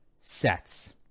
sets